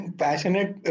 passionate